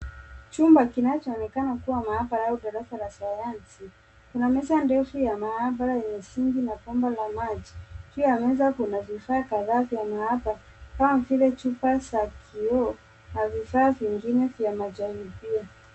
Chumba kinachoonekana kuwa maabara au darasa la sayansi. Kina meza ndefu ya maabara lenye sinki na bomba la maji. Juu ya meza kuna vifaa kadhaa vya maabara kama vile chupa za kioo na vifaa vingine vya majaribio.